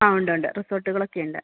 ആ ഉണ്ടുണ്ട് റിസോർട്ടുകളൊക്കെയുണ്ട്